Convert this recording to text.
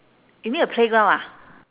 you mean a playground ah